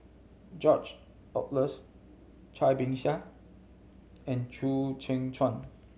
George Oehlers Cai Bixia and Chew Kheng Chuan